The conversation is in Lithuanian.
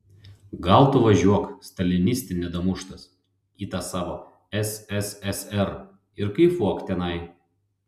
gal tu važiuok staliniste nedamuštas į tą savo sssr ir kaifuok tenai